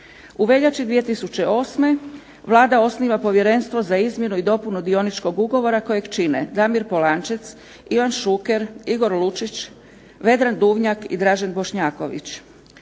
U veljači 2008. Vlada osniva povjerenstvo za izmjenu i dopunu dioničkog ugovora kojeg čine Damir Polančec, Ivan Šuker, Igor Lučić, Vedran Duvnjak i Dražen Bošnjaković.